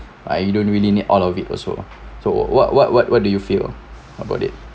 like you don't really need all of it also so what what what what do you feel about it